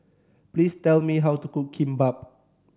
please tell me how to cook Kimbap